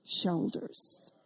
shoulders